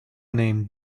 named